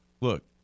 Look